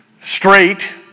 straight